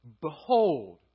Behold